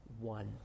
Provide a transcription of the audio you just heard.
one